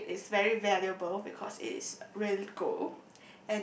so it is very valuable because it is real gold